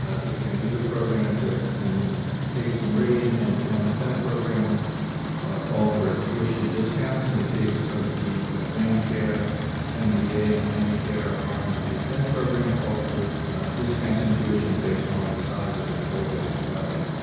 ah again these are programs in ah and case of meridian and the m s n. program call for tuition discounts in the case of the atlanicare m b a. and atlanticare r n. to b s n. program call for discounts in tuition based on the size of the co-hort provided